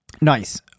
Nice